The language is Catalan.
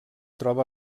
troba